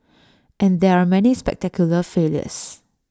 and there are many spectacular failures